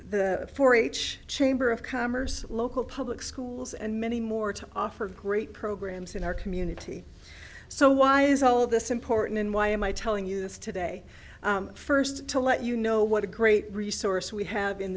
works for each chamber of commerce local public schools and many more to offer great programs in our community so why is all of this important and why am i telling you this today first to let you know what a great resource we have in